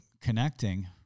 connecting